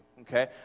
okay